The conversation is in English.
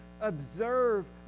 observe